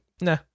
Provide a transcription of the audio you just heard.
nah